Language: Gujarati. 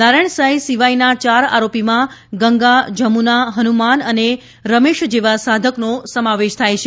નારાયણ સાંઈ સિવાયના યાર આરોપીમાં ગંગા જમુના ફનુમાન અને રમેશ જેવા સાધકનો સમાવેશ થાય છે